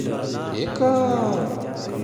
Eka!